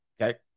Okay